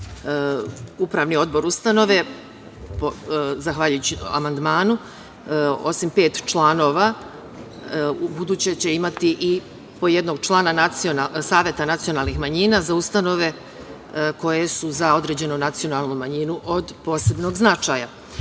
odbor ustanove zahvaljujući amandmanu, osim pet članova u buduće će imati i po jednog člana Saveta nacionalnih manjina, za ustanove koje su za određenu nacionalnu manjinu od posebnog značaja. Inače,